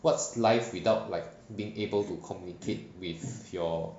what's life without like being able to communicate with your